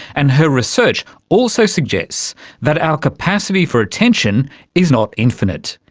and her research also suggests that our capacity for attention is not infinite,